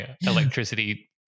electricity